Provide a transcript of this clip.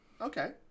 Okay